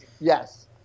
Yes